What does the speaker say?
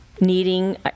needing